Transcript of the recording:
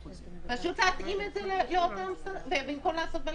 פשוט להתאים את זה במקום לעשות בלגן.